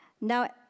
Now